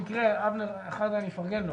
במקרה, אבנר, אני מפרגן לו.